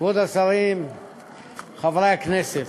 חבר הכנסת